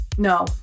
No